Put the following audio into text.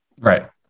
Right